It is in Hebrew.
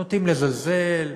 נוטים לזלזל.